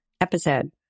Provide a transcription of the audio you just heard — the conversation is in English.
episode